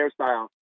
hairstyle